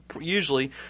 usually